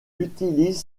utilise